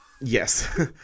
yes